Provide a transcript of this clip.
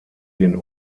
den